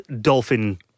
Dolphin